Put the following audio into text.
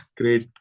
great